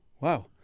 wow